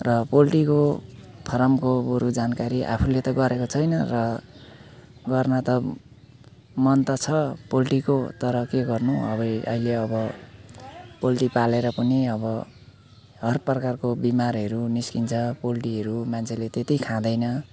र पोल्ट्रीको फार्मको बरु जानकारी आफूले त गरेको छैन र गर्न त मन त छ पोल्ट्रीको तर के गर्नु अरे अहिले अब पोल्ट्री पालेर पनि अब हर प्रकारको बिमारहरू निस्किन्छ पोल्टीहरू मान्छेले त्यति खाँदैन